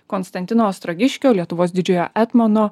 konstantino ostrogiškio lietuvos didžiojo etmono